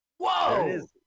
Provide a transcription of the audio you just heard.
Whoa